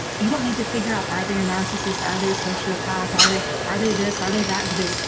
you don't need to figure out are they a narcissist, are they a sociopath, are they are they this, are they that, do they.